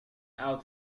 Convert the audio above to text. out